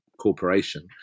corporation